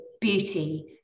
beauty